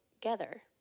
together